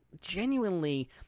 genuinely